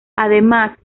además